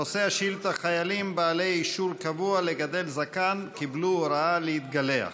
נושא השאילתה: חיילים בעלי אישור קבוע לגדל זקן קיבלו הוראה להתגלח.